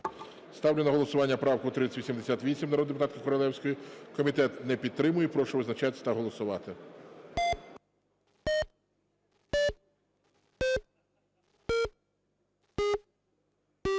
Ставлю на голосування правку 3088 народної депутатки Королевської. Комітет не підтримує. Прошу визначатися та голосувати.